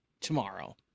tomorrow